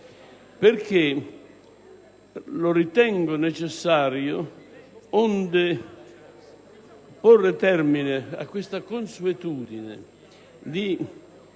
perché lo ritengo necessario onde porre termine alla consuetudine di